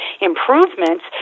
improvements